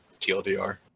TLDR